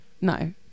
No